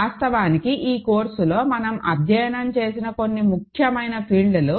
వాస్తవానికి ఈ కోర్సులో మనం అధ్యయనం చేసిన కొన్ని ముఖ్యమైన ఫీల్డ్లు